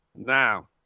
Now